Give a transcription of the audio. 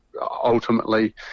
ultimately